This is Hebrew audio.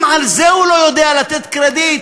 אם על זה הוא לא יודע לתת קרדיט,